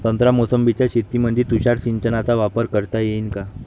संत्रा मोसंबीच्या शेतामंदी तुषार सिंचनचा वापर करता येईन का?